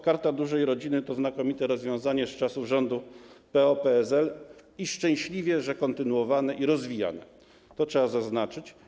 Karta Dużej Rodziny to znakomite rozwiązanie z czasów rządu PO-PSL i szczęśliwie, że kontynuowane i rozwijane, to trzeba zaznaczyć.